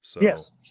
Yes